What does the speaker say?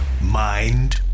Mind